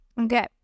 okay